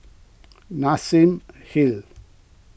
Nassim Hill